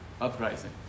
uprising